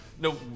no